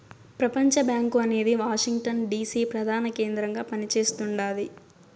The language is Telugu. ప్రపంచబ్యాంకు అనేది వాషింగ్ టన్ డీసీ ప్రదాన కేంద్రంగా పని చేస్తుండాది